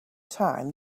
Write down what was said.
time